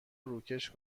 روکش